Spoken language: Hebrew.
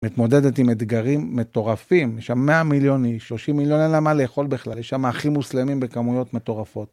מתמודדת עם אתגרים מטורפים, יש שם 100 מיליון איש, 30 מיליון אין להם מה לאכול בכלל, יש שם אחים מוסלמים בכמויות מטורפות.